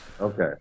okay